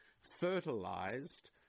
fertilized